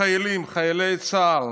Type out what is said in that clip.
החיילים, חיילי צה"ל,